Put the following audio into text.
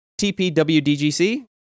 TPWDGC